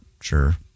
sure